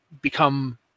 become